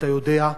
אתה יודע.